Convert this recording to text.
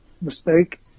mistake